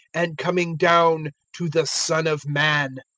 and coming down to the son of man.